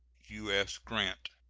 u s. grant.